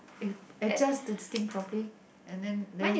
eh adjust this thing properly and then there